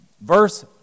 Verse